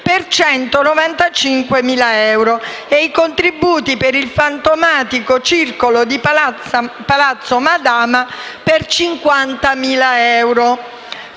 per 195.000 euro e i contributi per il fantomatico circolo di Palazzo Madama per 50.000 euro.